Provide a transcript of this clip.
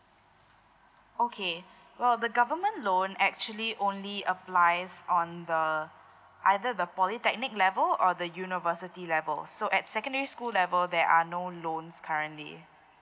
okay well the government loan actually only applies on the either the polytechnic level or the university level so at secondary school level there are no loans currently